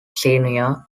senior